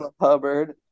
Hubbard